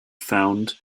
found